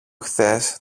χθες